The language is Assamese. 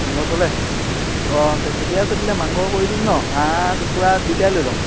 মাংস চলে অঁ তেতিয়া ঠিকে আছে তেতিয়া মাংসও কৰি দিম ন হাঁহ কুকুৰা দুইটাই লৈ ল'ম